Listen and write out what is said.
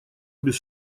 без